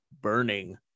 burning